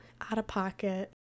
out-of-pocket